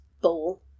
bowl